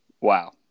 Wow